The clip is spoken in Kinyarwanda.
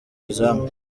izamu